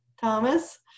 Thomas